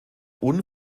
und